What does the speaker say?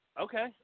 Okay